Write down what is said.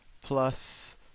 plus